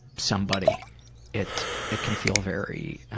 somebody it it can feel very